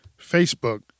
Facebook